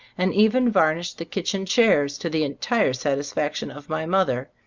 and even varnished the kitchen chairs to the entire satisfaction of my mother,